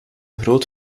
groot